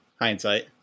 Hindsight